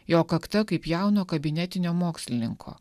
jo kakta kaip jauno kabinetinio mokslininko